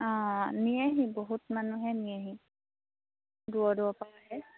অঁ নিয়েহি বহুত মানুহে নিয়েহি দূৰৰ দূৰৰ পৰা আহে